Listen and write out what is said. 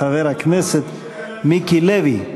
חבר הכנסת מיקי לוי,